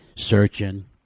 Searching